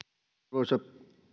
arvoisa